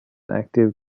active